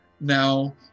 now